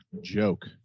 Joke